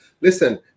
Listen